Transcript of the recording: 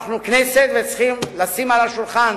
אנחנו כנסת וצריכים לשים על השולחן